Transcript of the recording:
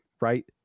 right